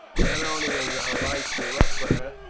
not only is our life too rough for her,